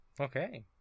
Okay